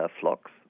flocks